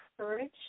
courage